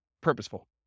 purposeful